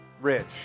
rich